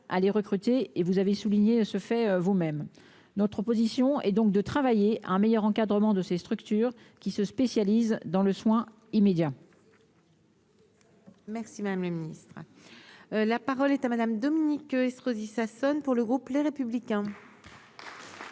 à les recruter et vous avez souligné ce fait vous-même notre position et donc de travailler un meilleur encadrement de ces structures qui se spécialise dans le soin immédiat. Merci, Madame le Ministre. La parole est à Madame Dominique Estrosi Sassone pour le groupe Les Républicains.